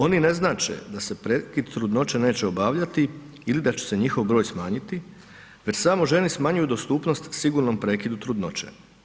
Oni ne znače da se prekid trudnoće neće obavljati ili da će se njihov broj smanjiti, već samo ženi smanjuju dostupnost sigurnom prekidu trudnoće.